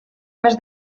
més